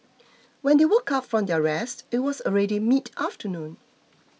when they woke up from their rest it was already mid afternoon